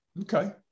Okay